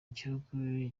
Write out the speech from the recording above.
gihugu